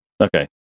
Okay